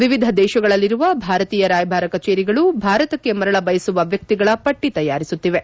ವಿವಿಧ ದೇಶಗಳಲ್ಲಿರುವ ಭಾರತೀಯ ರಾಯಭಾರ ಕಚೇರಿಗಳು ಭಾರತಕ್ಕೆ ಮರಳಬಯಸುವ ವ್ಯಕ್ತಿಗಳ ಪಟ್ಟಿ ತಯಾರಿಸುತ್ತಿವೆ